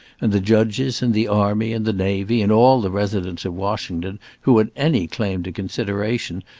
and the judges, and the army, and the navy, and all the residents of washington who had any claim to consideration,